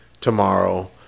tomorrow